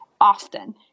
often